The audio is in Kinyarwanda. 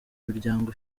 miryango